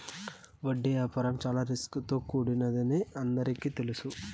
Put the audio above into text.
వడ్డీ వ్యాపారం చాలా రిస్క్ తో కూడినదని అందరికీ తెలుసు